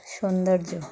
সৌন্দর্য